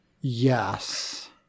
Yes